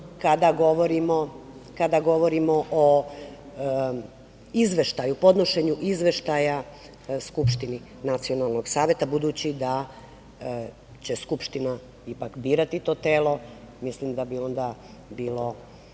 kada govorimo o podnošenju izveštaja Skupštini Nacionalnog saveta, budući da će Skupština ipak birati to telo, mislim da bi onda bilo